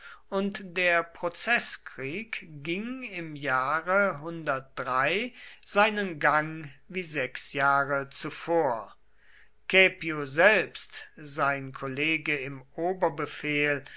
und der prozeßkrieg ging im jahre seinen gang wie sechs jahre zuvor caepio selbst sein kollege im